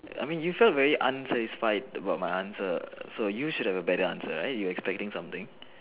I mean you felt very unsatisfied about my answer so you should have a better answer right you expecting something